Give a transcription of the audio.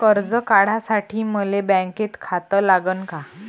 कर्ज काढासाठी मले बँकेत खातं लागन का?